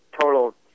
total